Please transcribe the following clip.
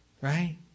Right